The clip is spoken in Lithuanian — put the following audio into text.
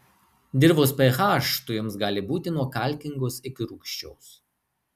dirvos ph tujoms gali būti nuo kalkingos iki rūgščios